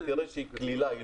ותראה שהיא קלילה,